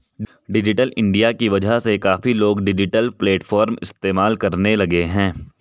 digital India की वजह से काफी लोग डिजिटल प्लेटफ़ॉर्म इस्तेमाल करने लगे हैं